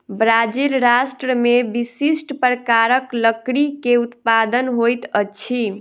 Brazil राष्ट्र में विशिष्ठ प्रकारक लकड़ी के उत्पादन होइत अछि